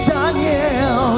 Daniel